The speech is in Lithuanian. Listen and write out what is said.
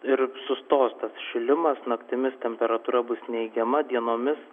ir sustos tas šilimas naktimis temperatūra bus neigiama dienomis